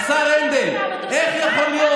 השר הנדל, איך יכול להיות?